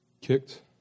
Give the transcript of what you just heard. kicked